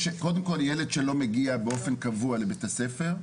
קודם כל ילד שלא מגיע באופן קבוע לבית-הספר,